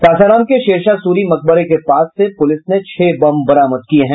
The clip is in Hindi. सासाराम के शेरशाह सूरी मकबरे के पास पूलिस ने छह बम बरामद किया है